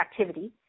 activity